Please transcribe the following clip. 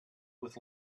with